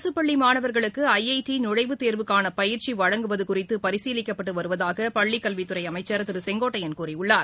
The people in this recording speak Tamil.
அரசு பள்ளி மாணவர்களுக்கு ஐஐடி நுழழவுத்தேர்வுக்காள பயிற்சி வழங்குவது குறித்து பரிசீலிக்கப்பட்டு வருவதாக பள்ளிக்கல்வித்துறை அமைச்சர் திரு கே ஏ செங்கோட்டையன் கூறியுள்ளார்